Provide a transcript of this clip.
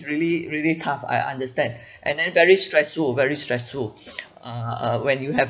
really really tough I understand and then very stressful very stressful uh uh when you have